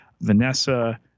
Vanessa